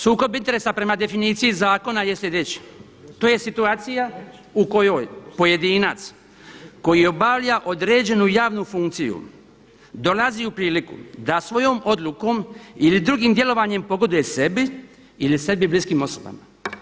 Sukob interesa prema definiciji Zakona je slijedeći: „To je situacija u kojoj pojedinac koji obavlja određenu javnu funkciju dolazi u priliku svojom odlukom ili drugim djelovanjem pogoduje sebi ili sebi bliskim osobama“